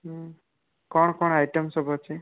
କ'ଣ କ'ଣ ଆଇଟମ୍ ସବୁ ଅଛି